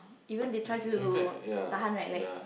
even they try to tahan right like